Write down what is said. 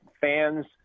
fans